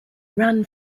ran